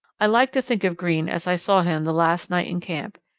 i like to think of greene as i saw him the last night in camp,